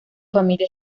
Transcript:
familia